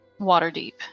Waterdeep